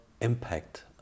impact